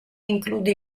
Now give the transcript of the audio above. include